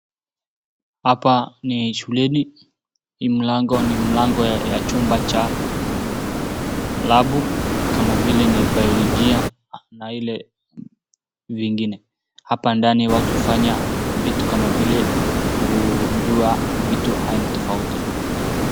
Hapa ni shuleni, hii mlango ni mlango ya chumba Cha lab kama vile ni biolojia na Ile vingine, hapa ndani watu hufanya vitu kama vile kujua vitu aina tofauti.